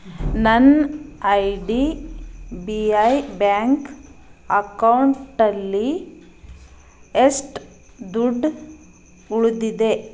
ನನ್ನ I D B I bank ಅಕೌಂಟಲ್ಲಿ ಎಷ್ಟು ದುಡ್ಡು ಉಳಿದಿದೆ